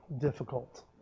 difficult